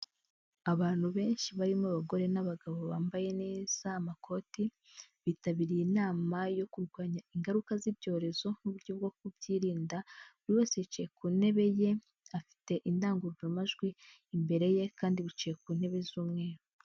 Abantu benshi barimo abagore n'abagabo bambaye neza amakoti, bitabiriye inama yo kurwanya ingaruka z'ibyorezo n'uburyo bwo kubyirinda, buri wese yicaye ku ntebe ye, afite indangururamajwi imbere ye kandi bicaye ku ntebe z'umweru.